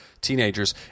teenagers